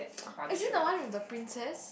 is it the one with the princess